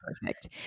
perfect